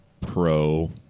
pro